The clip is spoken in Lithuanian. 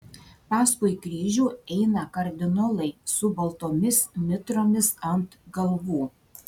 paskui kryžių eina kardinolai su baltomis mitromis ant galvų